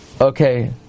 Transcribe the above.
Okay